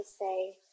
say